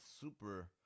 super